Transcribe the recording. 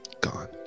Gone